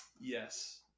Yes